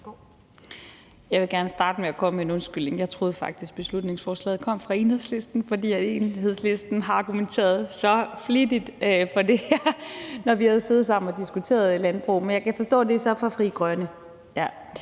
Jeg vil gerne starte med at komme med en undskyldning – jeg troede faktisk, at beslutningsforslaget kom fra Enhedslisten, fordi Enhedslisten har argumenteret så flittigt for det her, når vi har siddet sammen og diskuteret landbrug. Men jeg kan så forstå, at det er fremsat af Frie Grønne.